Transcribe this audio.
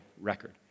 record